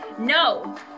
No